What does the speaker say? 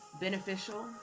beneficial